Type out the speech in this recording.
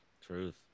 Truth